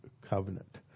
covenant